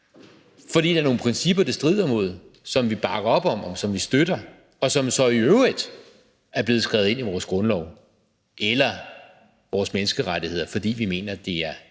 fordi der er nogle principper, det strider imod, som vi bakker op om, som vi støtter, og som så i øvrigt er blevet skrevet ind i vores grundlov eller vores menneskerettigheder, fordi vi mener, det er